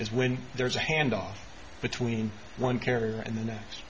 is when there's a handoff between one carrier and the next